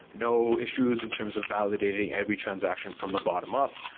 no issues in terms of validating every transaction from the bottom up.